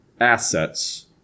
assets